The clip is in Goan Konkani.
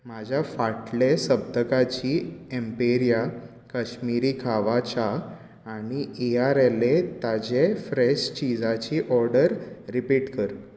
म्हाज्या फाटले सप्तकाची एम्पेरिया कश्मिरी खावा च्या आनी इआरएलए ताजे फ्रॅश चिजाची ऑर्डर रिपीट कर